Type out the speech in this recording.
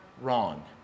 wrong